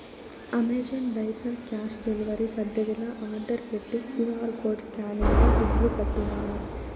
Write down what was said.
Amazon diaper cash delivery పద్దతిల order పెట్టి QR code స్కానింగ్ల దుడ్లుకట్టినాను